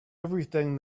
everything